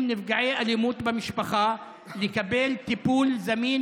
נפגעי אלימות במשפחה לקבל טיפול זמין,